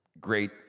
great